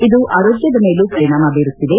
ಇದು ಆರೋಗ್ಯದ ಮೇಲೂ ಪರಿಣಾಮ ಬೀರುತ್ತಿದೆ